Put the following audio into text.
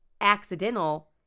accidental